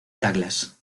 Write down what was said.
douglas